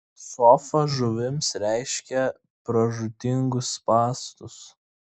sofa žuvims reiškia pražūtingus spąstus